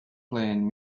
playing